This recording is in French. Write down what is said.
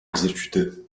exécutée